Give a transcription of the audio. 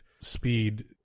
speed